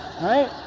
Right